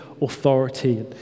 authority